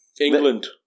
England